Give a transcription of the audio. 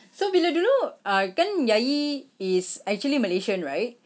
so bila dulu uh kan yayi is actually malaysian right